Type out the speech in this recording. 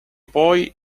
poi